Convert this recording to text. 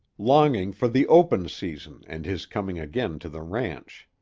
longing for the open season and his coming again to the ranch.